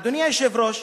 אדוני היושב-ראש,